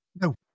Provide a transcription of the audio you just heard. No